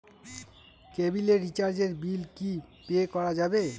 কেবিলের রিচার্জের বিল কি পে করা যাবে?